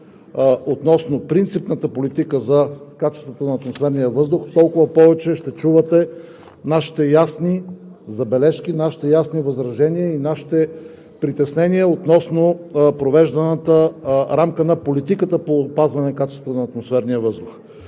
относно принципната политика за качеството на атмосферния въздух, толкова повече ще чувате нашите ясни забележки, нашите ясни възражения и нашите притеснения относно провежданата рамка на политиката по опазване качеството на атмосферния въздух.